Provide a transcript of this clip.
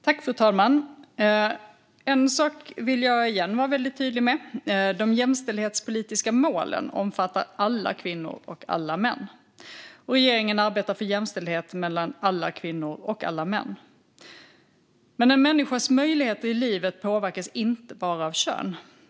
Fru talman! En sak vill jag återigen vara väldigt tydlig med: De jämställdhetspolitiska målen omfattar alla kvinnor och alla män. Regeringen arbetar för jämställdhet mellan alla kvinnor och alla män. Men en människas möjligheter i livet påverkas inte bara av kön.